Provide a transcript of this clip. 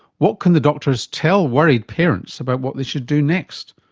what can the doctors tell worried parents about what they should do next,